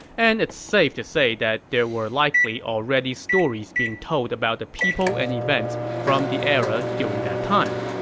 and it's safe to say that there were likely already stories being told about the people and events from the era during that time.